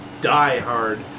diehard